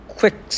quick